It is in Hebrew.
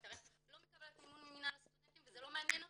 לא מקבלת מימון ממינהל הסטודנטים וזה לא מעניין אותם,